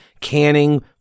canning